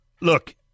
look